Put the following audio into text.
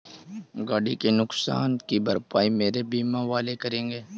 गाड़ी के नुकसान की भरपाई मेरे बीमा वाले करेंगे